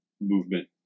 movement